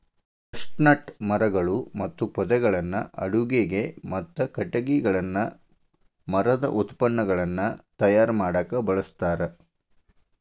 chestnut ಮರಗಳು ಮತ್ತು ಪೊದೆಗಳನ್ನ ಅಡುಗಿಗೆ, ಮತ್ತ ಕಟಗಿಗಳನ್ನ ಮರದ ಉತ್ಪನ್ನಗಳನ್ನ ತಯಾರ್ ಮಾಡಾಕ ಬಳಸ್ತಾರ